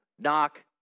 Knock